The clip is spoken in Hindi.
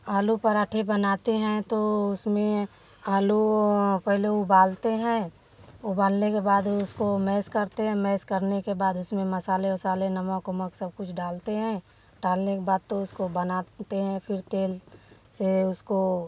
आलू पराँठे बनाते हैं तो उसमें आलू पहले उबालते हैं उबालने के बाद उसको मैस करते हैं मैस करने के बाद उसमें मसाले उसाले नमक उमक सब कुछ डालते हैं डालने के बाद तो उसको बना ते हैं फिर तेल से उसको